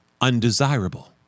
undesirable